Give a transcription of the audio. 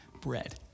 bread